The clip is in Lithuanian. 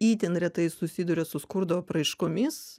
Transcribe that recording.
itin retai susiduria su skurdo apraiškomis